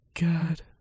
god